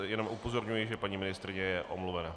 Jenom upozorňuji, že paní ministryně je omluvena.